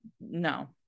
no